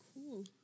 Cool